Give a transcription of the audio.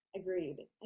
agreed